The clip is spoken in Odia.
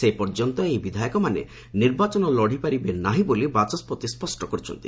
ସେପର୍ଯ୍ୟନ୍ତ ଏହି ବିଧାୟକମାନେ ନିର୍ବାଚନ ଲଢ଼ିପାରିବେ ନାହିଁ ବୋଲି ବାଚସ୍କତି ସ୍ୱଷ୍ଟ କରିଛନ୍ତି